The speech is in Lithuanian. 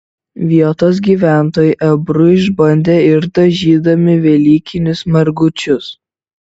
vietos gyventojai ebru išbandė ir dažydami velykinius margučius